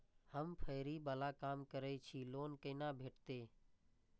हम फैरी बाला काम करै छी लोन कैना भेटते?